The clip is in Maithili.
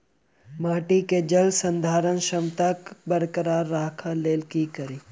माटि केँ जलसंधारण क्षमता बरकरार राखै लेल की कड़ी?